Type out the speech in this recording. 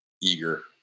eager